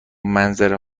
منظره